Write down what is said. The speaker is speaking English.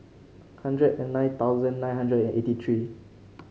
hundred and nine thousand nine hundred and eighty three